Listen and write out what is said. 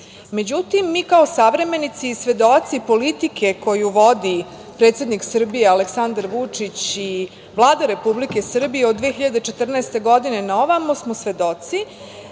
godina.Međutim, mi kao savremenici i svedoci politike koju vodi predsednik Srbije Aleksandar Vučić i Vlada Republike Srbije od 2014. godine na ovamo smo svedoci